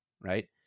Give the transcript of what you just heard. right